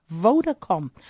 Vodacom